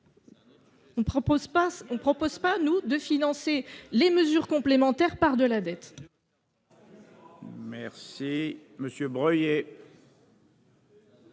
on propose pas, nous, de financer les mesures complémentaires par de la dette.